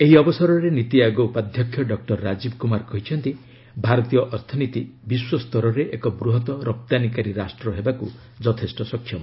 ଏହି ଅବସରରେ ନୀତି ଆୟୋଗ ଉପାଧ୍ୟକ୍ଷ ଡକ୍କର ରାଜୀବ କୁମାର କହିଛନ୍ତି ଭାରତୀୟ ଅର୍ଥନୀତି ବିଶ୍ୱସ୍ତରରେ ଏକ ବୃହତ ରପ୍ତାନୀକାରୀ ରାଷ୍ଟ୍ର ହେବାକୁ ଯଥେଷ୍ଟ ସକ୍ଷମ